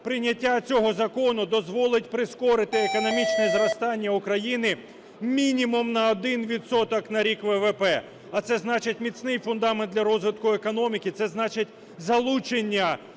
Прийняття цього закону дозволить прискорити економічне зростання України мінімум на 1 відсоток на рік ВВП. А це значить міцний фундамент для розвитку економіки, це значить залучення